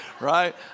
right